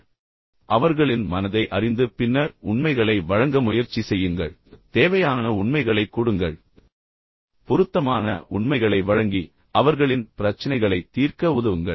எனவே அவர்களின் மனதை அறிந்து பின்னர் உண்மைகளை வழங்க முயற்சி செய்யுங்கள் தேவையான உண்மைகளை கொடுங்கள் பொருத்தமான உண்மைகளை வழங்கி பின்னர் அவர்களின் பிரச்சினைகளைத் தீர்க்க உதவுங்கள்